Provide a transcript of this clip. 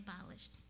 abolished